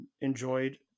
enjoyed